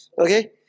okay